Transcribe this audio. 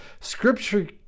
Scripture